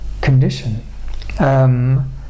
condition